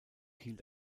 hielt